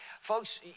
Folks